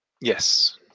Yes